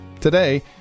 Today